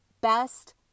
best